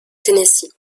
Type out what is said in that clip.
tennessee